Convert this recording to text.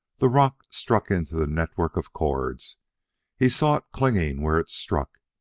the rock struck into the network of cords he saw it clinging where it struck,